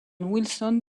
wilson